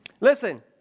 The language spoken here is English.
Listen